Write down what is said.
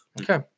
okay